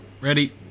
Ready